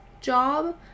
job